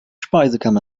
speisekammer